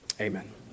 Amen